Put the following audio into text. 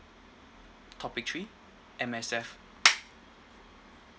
topic three M_S_F